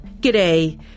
G'day